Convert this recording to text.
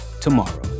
tomorrow